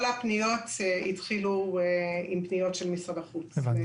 כל הפניות התחילו עם פניות של משרד החוץ.